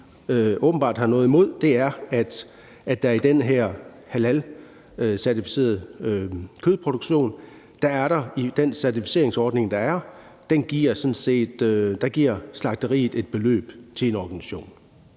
åbenbart har noget imod, er, at slagteriet i den her halalcertificerede kødproduktion, i den certificeringsordning, der er, giver et beløb til en organisation.